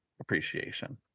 appreciation